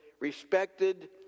respected